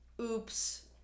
oops